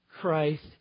Christ